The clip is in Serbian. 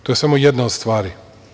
To je samo jedna od stvari.